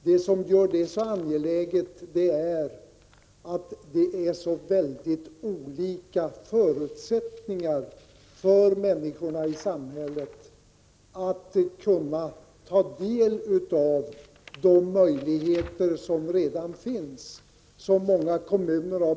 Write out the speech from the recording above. Det som gör detta så angeläget är att människorna i samhället har så olika förutsättningar att kunna ta del av de möjligheter som redan finns i många kommuner.